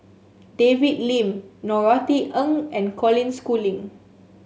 David Lim Norothy Ng and Colin Schooling